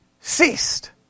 ceased